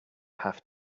have